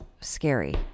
scary